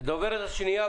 הדוברת השנייה,